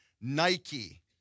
Nike